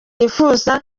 yifuza